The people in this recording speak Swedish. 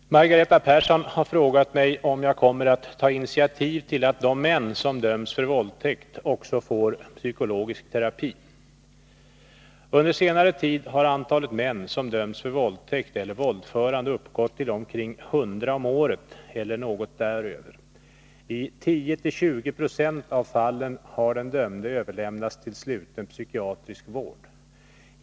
Herr talman! Margareta Persson har frågat mig om jag kommer att ta initiativ till att de män som dömts för våldtäkt också får psykologisk terapi. Under senare tid har antalet män som dömts för våldtäkt eller våldförande uppgått till omkring 100 om året eller något därunder. I 10-20 26 av fallen har den dömde överlämnats till sluten psykiatrisk vård.